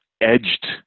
edged